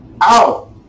out